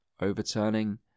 Overturning